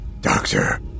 Doctor